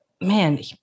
Man